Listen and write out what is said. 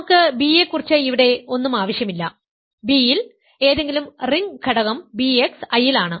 നമുക്ക് b യെക്കുറിച്ച് ഇവിടെ ഒന്നും ആവശ്യമില്ല b യിൽ ഏതെങ്കിലും റിംഗ് ഘടകം bx I ൽ ആണ്